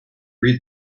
read